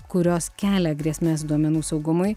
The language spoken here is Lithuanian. kurios kelia grėsmes duomenų saugumui